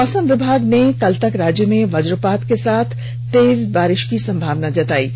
मौसम विभाग ने कल तक राज्य में वजपात के साथ तेज बारिश की संभावना जताई है